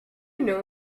know